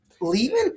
leaving